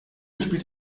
spielt